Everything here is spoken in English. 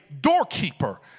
doorkeeper